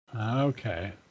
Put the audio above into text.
Okay